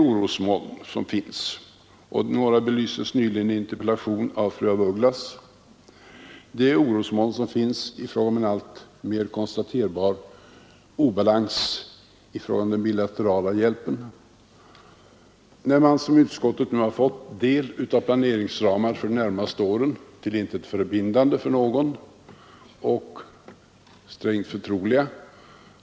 Orosmoln finns — några belystes nyss i en interpellation av fru af Ugglas — i form av en alltmer konstaterbar obalans i fråga om den bilaterala hjälpen. Utskottet har nu fått del av planeringsramar för de närmaste åren — till intet förpliktande för någon och strängt förtroliga.